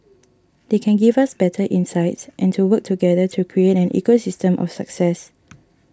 they can give us better insights and to work together to create an ecosystem of success